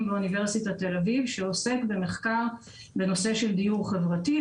באוניברסיטת תל אביב שעוסק במחקר על דיור חברתי.